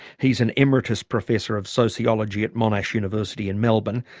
he's an emeritus professor of sociology at monash university in melbourne.